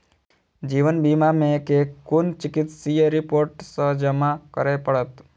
जीवन बीमा मे केँ कुन चिकित्सीय रिपोर्टस जमा करै पड़त?